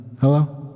Hello